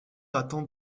attend